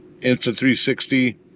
Insta360